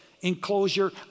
enclosure